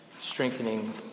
strengthening